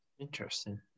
Interesting